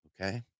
okay